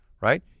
right